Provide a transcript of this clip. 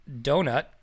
Donut